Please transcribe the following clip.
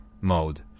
mode